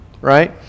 Right